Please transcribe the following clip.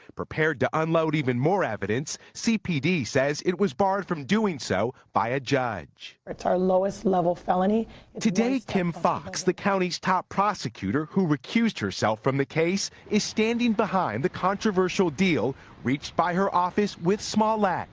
prepared to unload even more evidence, cpd says it was barred from doing so by a judge. it's our lowest level felony. reporter and today kim fox, the county's top prosecutor, who recused herself from the case, is standing behind the controversial deal reached by her office with smollett.